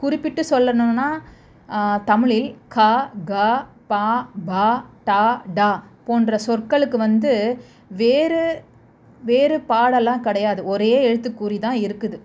குறிப்பிட்டு சொல்லணும்னா தமிழில் க கா ப பா ட டா போன்ற சொற்களுக்கு வந்து வேறு வேறு பாடலாம் கிடையாது ஒரே எழுத்து குறிதான் இருக்குது